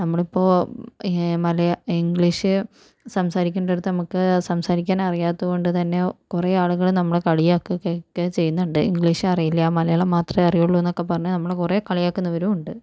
നമ്മൾ ഇപ്പോൾ ഈ ഇംഗ്ലീഷ് സംസാരിക്കേണ്ടടുത്ത് സംസാരിക്കാൻ അറിയാത്ത കൊണ്ട് തന്നെ കുറെ ആളുകൾ നമ്മളെ കളിയാക്കുകയൊക്കെ ചെയ്യുന്നുണ്ട് ഇംഗ്ലീഷ് അറിയില്ല മലയാളം മാത്രമേ അറിയോളു എന്നൊക്കെ പറഞ്ഞ് നമ്മളെ കുറെ കളിയാക്കുന്നവരും ഉണ്ട്